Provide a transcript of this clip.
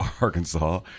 Arkansas